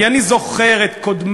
כי אני זוכר את קודמיך,